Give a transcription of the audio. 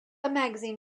magazine